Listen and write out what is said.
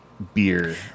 beer